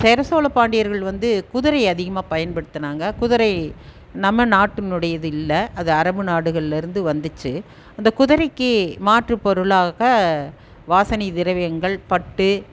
சேர சோழ பாண்டியர்கள் வந்து குதிரையை அதிகமாக பயன்படுத்தினாங்க குதிரை நம்ம நாட்டினுடையிது இல்லை அது அரபு நாடுகளில் இருந்து வந்துச்சு அந்த குதிரைக்கு மாற்று பொருளாக வாசனை திரவியங்கள் பட்டு